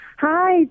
Hi